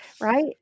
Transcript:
Right